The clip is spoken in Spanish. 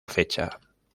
fecha